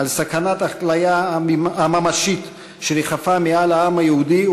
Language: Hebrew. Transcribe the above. על סכנת הכליה הממשית שריחפה על העם היהודי,